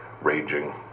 raging